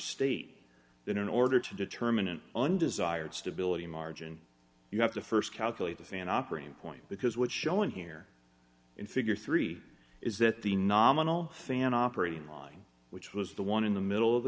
state that in order to determine an undesired stability margin you have to st calculate the fan operating point because what shown here in figure three is that the nominal fan operating line which was the one in the middle of the